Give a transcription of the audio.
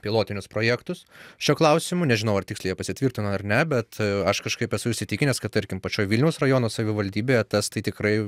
pilotinius projektus šiuo klausimu nežinau ar tiksliai jie pasitvirtino ar ne bet aš kažkaip esu įsitikinęs kad tarkim pačioj vilniaus rajono savivaldybėje tas tai tikrai